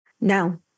No